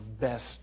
best